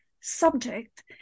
subject